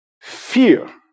fear